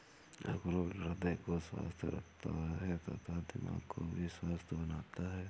अखरोट हृदय को स्वस्थ रखता है तथा दिमाग को भी स्वस्थ बनाता है